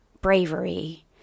bravery